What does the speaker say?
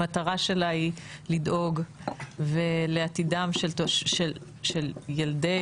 המטרה שלה היא לדאוג לעתידם של ילדינו